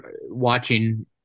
watching